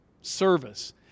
Service